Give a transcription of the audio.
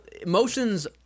emotions